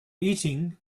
eating